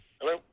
Hello